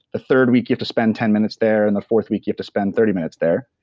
third week you have to spend ten minutes there. and the fourth week you have to spend thirty minutes there.